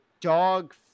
dog